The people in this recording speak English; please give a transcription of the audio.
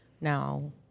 Now